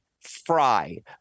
Fry